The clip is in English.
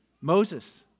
Moses